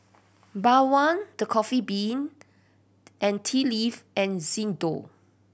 Bawang The Coffee Bean and Tea Leaf and Xndo